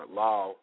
law